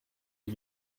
dix